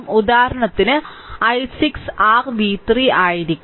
ഉദാഹരണത്തിന് i6 r v3 ആയിരിക്കും